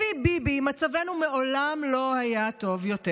לפי ביבי, מצבנו מעולם לא היה טוב יותר,